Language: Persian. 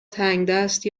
تنگدست